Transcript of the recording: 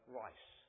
rice